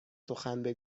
سخن